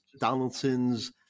Donaldson's